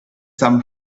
some